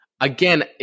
again